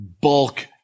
bulk